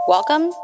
Welcome